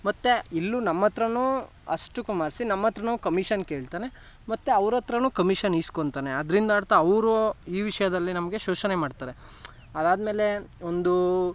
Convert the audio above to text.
ಮತ್ತು ಇಲ್ಲೂ ನಮ್ಮ ಹತ್ರನೂ ಅಷ್ಟಕ್ಕೂ ಮಾರಿಸಿ ನಮ್ಮ ಹತ್ರನೂ ಕಮಿಷನ್ ಕೇಳ್ತಾನೆ ಮತ್ತು ಅವ್ರ ಹತ್ರನೂ ಕಮಿಷನ್ ಈಸ್ಕೊಳ್ತಾನೆ ಅದರಿಂದರ್ಥ ಅವರು ಈ ವಿಷಯದಲ್ಲಿ ನಮಗೆ ಶೋಷಣೆ ಮಾಡ್ತಾರೆ ಅದಾದ್ಮೇಲೆ ಒಂದು